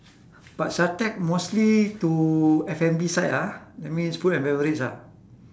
but SHATEC mostly to F&B side ah that means food and beverage ah